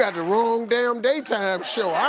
ah ah wrong damn daytime show! um